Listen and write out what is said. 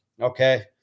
Okay